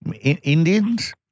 Indians